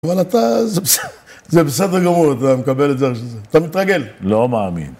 אבל אתה, זה בסדר גמור, אתה מקבל את זה, אתה מתרגל. לא מאמין.